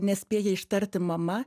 nespėja ištarti mama